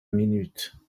minutes